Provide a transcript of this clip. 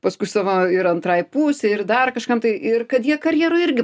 paskui savo ir antrai pusei ir dar kažkam tai ir kad jie karjeroj irgi